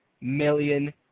million